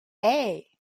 hey